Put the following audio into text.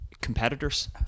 competitors